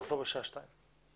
לחדש את הישיבה.